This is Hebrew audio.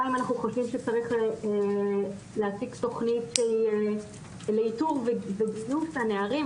2. אנחנו חושבים שצריך להציג תוכנית שהיא לאיתור וביות הנערים ,